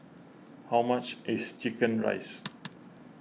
how much is Chicken Rice